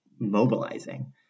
mobilizing